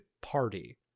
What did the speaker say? party